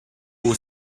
who